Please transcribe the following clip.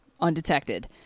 undetected